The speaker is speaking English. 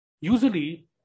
usually